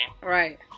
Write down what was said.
Right